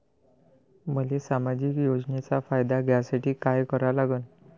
मले सामाजिक योजनेचा फायदा घ्यासाठी काय करा लागन?